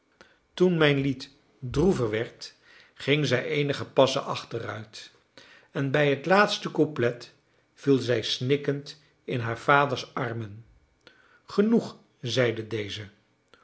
toen mijn lied droever werd ging zij eenige passen achteruit en bij het laatste couplet viel zij snikkend in haar vaders armen genoeg zeide deze